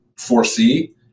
foresee